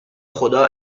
خدا